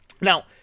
Now